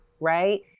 right